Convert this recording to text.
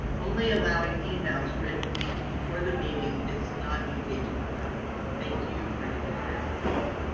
only allowing emails written before the meeting is not engaging the public. thank you for your time, wendy.